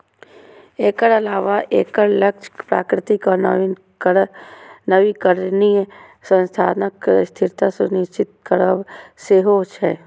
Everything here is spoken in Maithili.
एकर अलावे एकर लक्ष्य प्राकृतिक आ नवीकरणीय संसाधनक स्थिरता सुनिश्चित करब सेहो छै